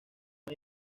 más